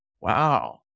Wow